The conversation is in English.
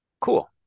Cool